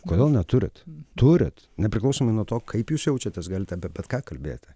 kodėl neturit turit nepriklausomai nuo to kaip jūs jaučiatės galite bet bet ką kalbėti